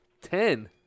Ten